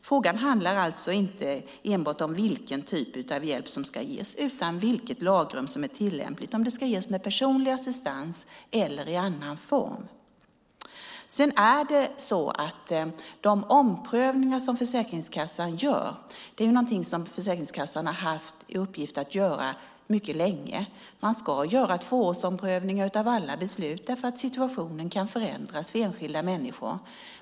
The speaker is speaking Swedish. Frågan handlar alltså inte enbart om vilken typ av hjälp som ska ges utan vilket lagrum som är tillämpligt, det vill säga om hjälpen ska ges med personlig assistans eller i annan form. Sedan är det så att de omprövningar Försäkringskassan gör är något den har haft i uppgift att göra mycket länge. Man ska göra tvåårsomprövningar av alla beslut, för situationen kan förändras för enskilda människor.